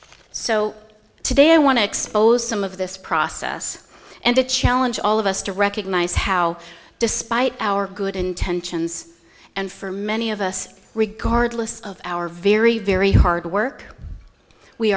so today i want to expose some of this process and to challenge all of us to recognize how despite our good intentions and for many of us regardless of our very very hard work we